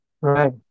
right